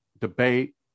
debate